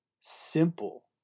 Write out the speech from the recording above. simple